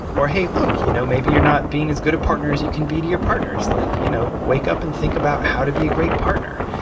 or hey, look, you know maybe you're not being as good a partner as you can be to your partners. like you know wake up and think about how to be a great partner,